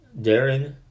Darren